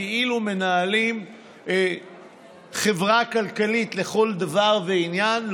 כאילו מנהלים חברה כלכלית לכל דבר ועניין.